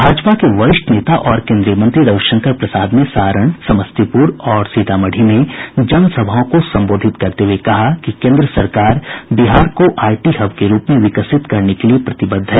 भाजपा के वरिष्ठ नेता और केंद्रीय मंत्री रविशंकर प्रसाद ने सारण समस्तीपुर और सीतामढ़ी में जनसभाओं को संबोधित करते हुये कहा कि केंद्र सरकार बिहार को आईटी हब के रूप में विकसित करने के लिये प्रतिबद्ध है